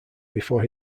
before